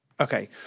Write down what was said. okay